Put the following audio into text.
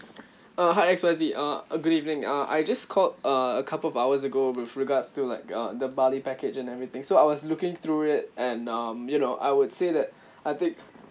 uh hi X Y Z uh good evening uh I just called a couple of hours ago with regards to like uh the bali package and everything so I was looking through it and um you know I would say that I think